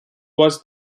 was